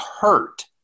hurt